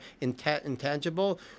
intangible